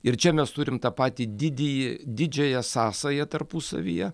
ir čia mes turim tą patį didįjį didžiąją sąsają tarpusavyje